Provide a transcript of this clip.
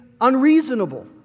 unreasonable